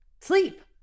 sleep